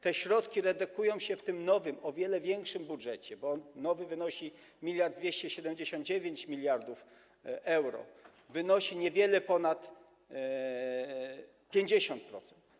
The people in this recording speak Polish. Te środki redukują się w tym nowym, o wiele większym budżecie - bo nowy wynosi 279 mld euro - do niewiele ponad 50%.